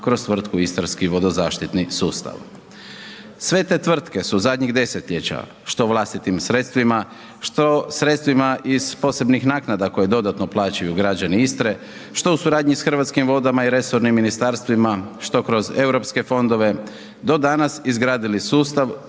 kroz tvrtku istarski vodozaštitni sustav. Sve te tvrtke su zadnjih desetljeća što vlastitim sredstvima što sredstvima iz posebnih naknada koje dodatno plaćaju građani Istre, što u suradnji sa Hrvatskim vodama i resornim ministarstvima, što kroz europske fondove do danas izgradili sustav